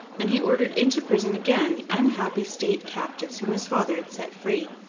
than he ordered into prison again the unhappy state captives whom his father had set free,